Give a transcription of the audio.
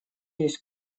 есть